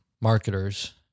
marketers